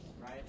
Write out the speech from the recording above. right